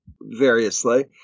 variously